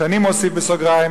ואני מוסיף בסוגריים,